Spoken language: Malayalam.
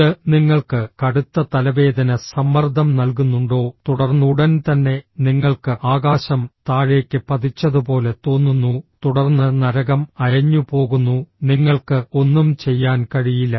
ഇത് നിങ്ങൾക്ക് കടുത്ത തലവേദന സമ്മർദ്ദം നൽകുന്നുണ്ടോ തുടർന്ന് ഉടൻ തന്നെ നിങ്ങൾക്ക് ആകാശം താഴേക്ക് പതിച്ചതുപോലെ തോന്നുന്നു തുടർന്ന് നരകം അയഞ്ഞുപോകുന്നു നിങ്ങൾക്ക് ഒന്നും ചെയ്യാൻ കഴിയില്ല